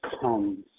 comes